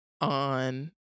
on